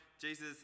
Jesus